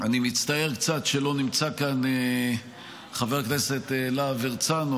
אני מצטער קצת שלא נמצא כאן חבר הכנסת להב הרצנו,